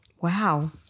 Wow